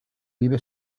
vive